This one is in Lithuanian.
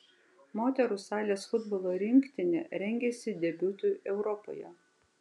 moterų salės futbolo rinktinė rengiasi debiutui europoje